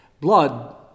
blood